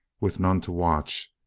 with none to watch,